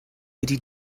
wedi